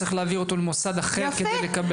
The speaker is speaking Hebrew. צריך להעביר אותו כדי לקבל